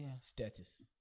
status